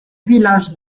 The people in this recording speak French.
village